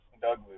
Douglas